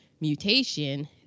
mutation